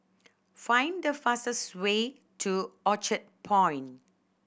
find the fastest way to Orchard Point